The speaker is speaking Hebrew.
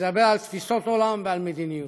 לדבר על תפיסות עולם ועל מדיניות.